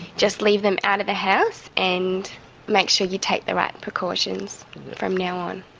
just leave them out of the house and make sure you take the right precautions from now on.